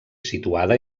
situada